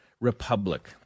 republic